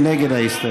מי נגד ההסתייגות?